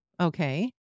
Okay